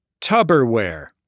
Tubberware